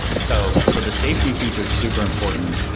so so the safety feature is super important,